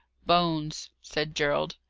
bones, said gerald.